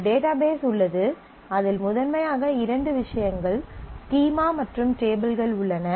ஒரு டேட்டாபேஸ் உள்ளது அதில் முதன்மையாக இரண்டு விஷயங்கள் ஸ்கீமா மற்றும் டேபிள்கள் உள்ளன